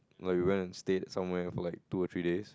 like we went to stayed somewhere for like two or three days